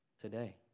today